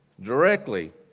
directly